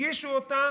הגישו אותה